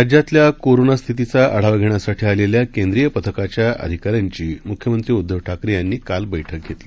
राज्यातल्याकोरोनास्थितीचाआढावाघेण्यासाठीआलेल्याकेंद्रीयपथकाच्याअधिकाऱ्यांचीमुख्यमंत्रीउद्धवठाकरेयांनीकालबैठ कघेतली